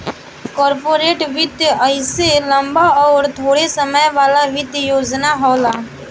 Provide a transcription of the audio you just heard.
corporate वित्त अइसे लम्बा अउर थोड़े समय वाला वित्तीय योजना होला